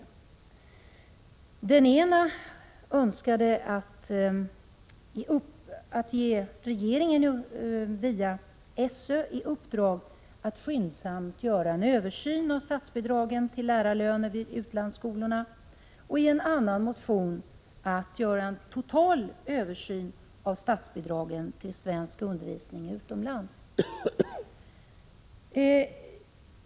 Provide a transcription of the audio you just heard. I den ena önskade man att regeringen skulle ge skolöverstyrelsen i uppdrag att skyndsamt göra en översyn av statsbidraget till lärarlöner vid utlandsskolorna, och i den andra önskade man en total översyn av statsbidraget till svensk undervisning utomlands.